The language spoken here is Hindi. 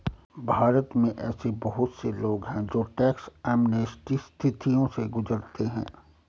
भारत में ऐसे बहुत से लोग हैं जो टैक्स एमनेस्टी स्थितियों से गुजरते हैं